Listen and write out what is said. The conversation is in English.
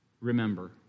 remember